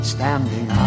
Standing